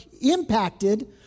impacted